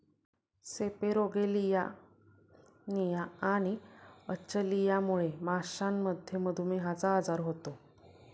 सेपेरोगेलियानिया आणि अचलियामुळे माशांमध्ये मधुमेहचा आजार होतो